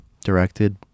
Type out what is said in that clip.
directed